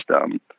system